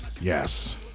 Yes